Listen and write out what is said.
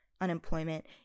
unemployment